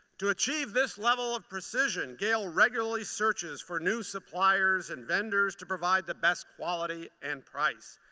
to achieve this level of precision, gail regularly searches for new suppliers and vendors to provide the best quality and price.